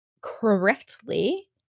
correctly